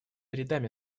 рядами